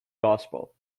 gospel